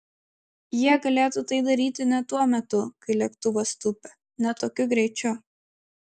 jie galėtų tai daryti ne tuo metu kai lėktuvas tūpia ne tokiu greičiu